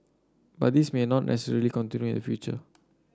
but this may not necessarily continue in future